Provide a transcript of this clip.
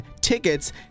tickets